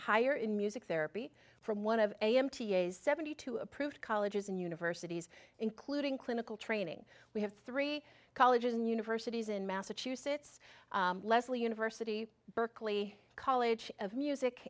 higher in music therapy from one of a m t a's seventy two approved colleges and universities including clinical training we have three colleges and universities in massachusetts leslie university berkeley college of music